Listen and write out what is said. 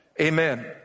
amen